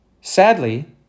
Sadly